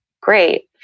great